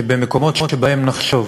שבמקומות שבהם נחשוב